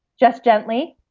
just gently.